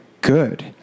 good